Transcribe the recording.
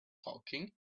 talking